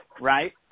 right